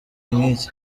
nk’iki